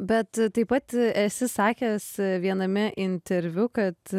bet taip pat esi sakęs viename interviu kad